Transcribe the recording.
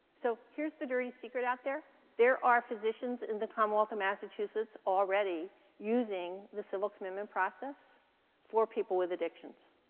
so here's the dirty secret out there there are physicians in the commonwealth of massachusetts already using the civil commitment process for people with addictions.